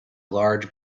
large